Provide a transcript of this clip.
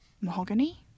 Mahogany